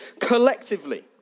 collectively